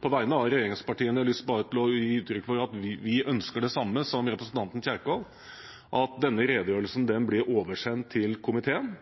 på vegne av regjeringspartiene lyst til å gi uttrykk for at vi ønsker det samme som representanten Kjerkol, at denne redegjørelsen blir oversendt til komiteen.